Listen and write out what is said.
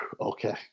okay